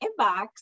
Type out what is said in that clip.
inbox